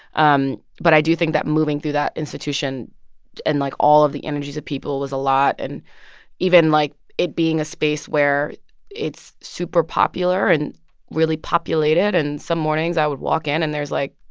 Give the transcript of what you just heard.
um but i do think that moving through that institution and, like, all of the energies of people was a lot. and even like it being a space where it's super popular and really populated, and some mornings i would walk in, and there's, like,